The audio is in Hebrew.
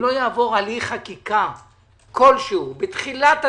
לא יעבור הליך חקיקה כלשהו בתחילת הדרך,